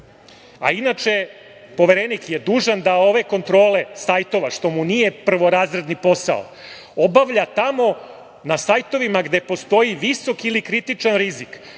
namerno. Inače, Poverenik je dužan da ove kontrole sajtova, što mu nije prvorazredni posao, obavlja tamo na sajtovima gde postoji visok ili kritičan rizik.